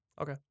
Okay